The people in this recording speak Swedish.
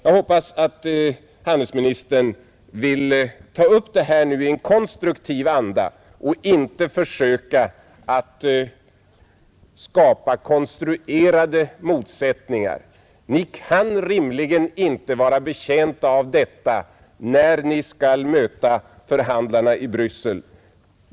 Jag hoppas att handelsministern vill se på dessa frågor i en konstruktiv anda och inte skall försöka att skapa konstlade motsättningar. Ni kan rimligen inte vara betjänta av detta när ni skall möta förhandlarna i Bryssel.